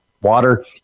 water